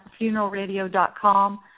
funeralradio.com